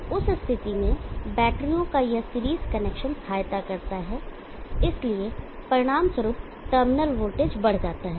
तो उस स्थिति में बैटरीओं का यह सीरीज कनेक्शन सहायता करता है इसलिए परिणामस्वरूप टर्मिनल वोल्टेज बढ़ जाता है